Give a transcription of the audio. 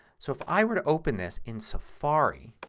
so if i were to open this in safari,